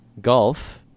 golf